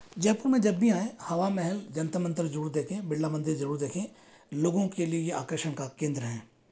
जयपुर में जब भी आयें हवा महल जन्तर मन्तर जरुर देखें बिरला मंदिर जरुर देखें लोगों के लिए ये आकर्षण का केंद्र हैं